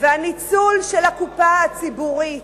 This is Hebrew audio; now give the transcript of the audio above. והניצול של הקופה הציבורית,